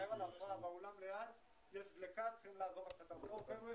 (הישיבה נפסקה בשעה 13:45 ונתחדשה בשעה 14:10.)